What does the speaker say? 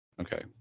Okay